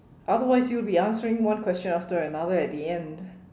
otherwise you will be answering one question after another at the end